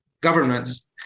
governments